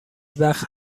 وقت